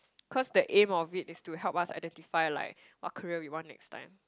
cause the aim of it is to help us identify like what career we want next time